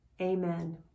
amen